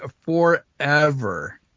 forever